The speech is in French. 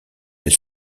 elle